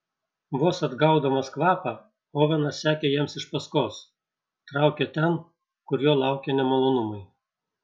vos atgaudamas kvapą ovenas sekė jiems iš paskos traukė ten kur jo laukė nemalonumai